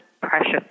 precious